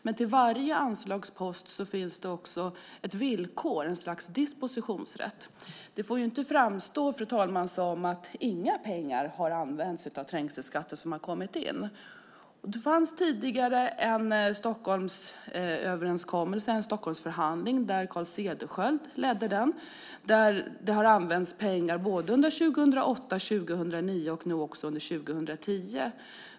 Men till varje anslagspost finns det också ett villkor, ett slags dispositionsrätt. Det får inte framstå som att inga pengar som har kommit in från trängselskatten har använts. Det fanns tidigare en Stockholmsförhandling som Carl Cederschiöld ledde. För den användes pengar under 2008, 2009 och 2010.